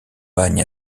bagne